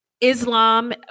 Islam